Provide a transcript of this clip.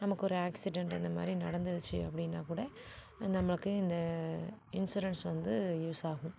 நமக்கு ஒரு ஆக்ஸிடெண்ட் இந்த மாதிரி நடந்துருச்சு அப்படினா கூட அது நம்மளுக்கு இந்த இன்ஸுரன்ஸ் வந்து யூஸ் ஆகும்